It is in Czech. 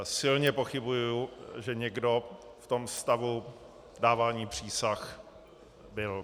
Silně pochybuji, že někdo v tom stavu dávání přísah byl.